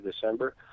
December